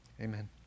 Amen